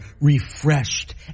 refreshed